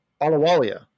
Alawalia